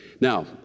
Now